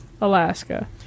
Alaska